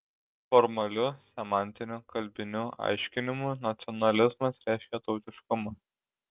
formaliu semantiniu kalbiniu aiškinimu nacionalizmas reiškia tautiškumą